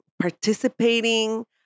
participating